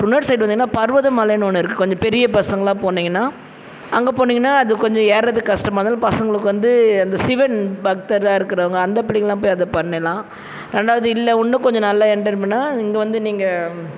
இன்னொரு சைட் வந்தீங்கன்னா பருவத மலைன்னு ஒன்று இருக்குது கொஞ்சம் பெரிய பசங்கலாம் போனீங்கன்னா அங்கே போனீங்கன்னா அது கொஞ்சம் ஏறுறது கஸ்டமாக இருந்தாலும் பசங்களுக்கு வந்து அந்த சிவன் பக்தராக இருக்கிறவங்க அந்த பிள்ளைங்கள்லாம் போய் அதை பண்ணலாம் ரெண்டாவது இல்லை இன்னும் கொஞ்சம் நல்லா எண்டர்பண்ணா இங்கே வந்து நீங்கள்